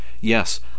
Yes